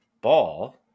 ball